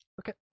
Okay